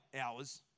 hours